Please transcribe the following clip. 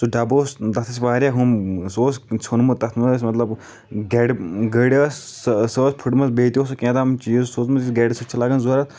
سُہ ڈبہٕ اوس تتھ ٲسۍ واریاہ ہُم سُہ اوس ژھیونمُت تتھ منٛز ٲسۍ مطلب گرِ گٔرۍ ٲسۍ سۄ ٲسۍ پھٔٹمٕژ بیٚیہِ تہِ اوس کیٛاتام چیٖز سُہ اوس مےٚ گرِ سۭتۍ تہِ لگان ضروٗرت